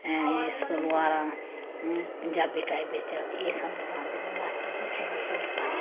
ऐं एह् सलवारां पंजाबी टाइप बिच्च एह् सानूं पसंद निं हून अस ते इ'यो सिम्पल सूट पान्ने